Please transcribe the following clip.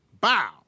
Bow